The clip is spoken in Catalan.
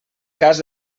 cas